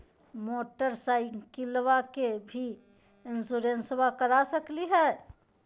मोटरसाइकिलबा के भी इंसोरेंसबा करा सकलीय है?